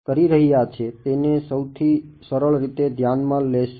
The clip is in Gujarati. કરી રહ્યા છે તેને સૌથી સરળ રીતે ધ્યાનમાં લેશું